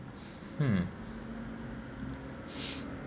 hmm